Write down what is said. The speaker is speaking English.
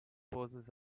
poses